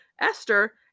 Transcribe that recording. Esther